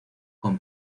con